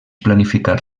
planificar